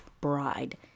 bride